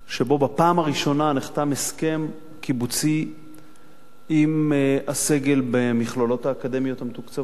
שבו בפעם הראשונה נחתם הסכם קיבוצי עם הסגל במכללות האקדמיות המתוקצבות,